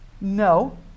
No